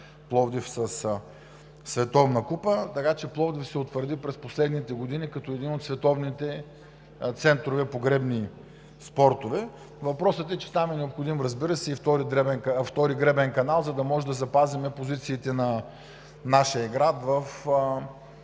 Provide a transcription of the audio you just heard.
Пловдив със световна купа. Така че Пловдив се утвърди през последните години като един от световните центрове по гребни спортове. Въпросът е, че там е необходим, разбира се, и втори гребен канал, за да може да запазим позициите на нашия град като